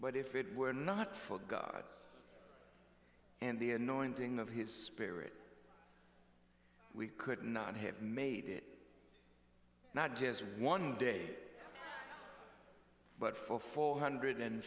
but if it were not for god and the annoying thing of his spirit we could not have made it not just one day but for four hundred and